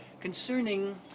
Concerning